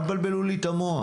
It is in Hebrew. אל תבלבלו לי את המוח.